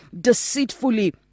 deceitfully